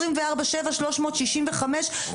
אישור הסכום הזה בוועדה ייתן לנו לצאת לדרך,